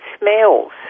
smells